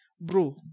Bro